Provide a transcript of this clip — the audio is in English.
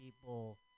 people